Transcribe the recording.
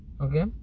Okay